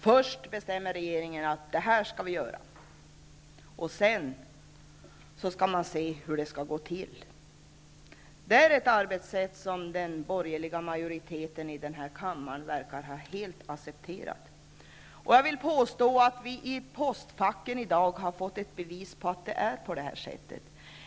Först bestämmer regeringen vad man skall göra, och sedan skall man se efter hur det skall gå till. Det är ett arbetssätt som helt accepterats av den borgerliga majoriteten i denna kammare. Jag vill påstå att vi i postfacken i dag har fått ett bevis på att det är på det här sättet.